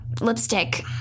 lipstick